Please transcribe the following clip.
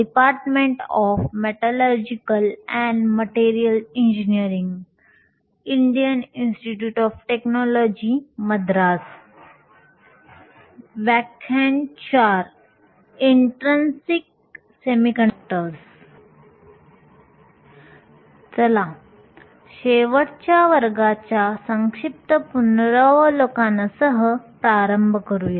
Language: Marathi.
चला शेवटच्या वर्गाच्या संक्षिप्त पुनरावलोकनासह प्रारंभ करूया